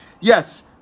Yes